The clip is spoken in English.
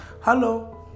Hello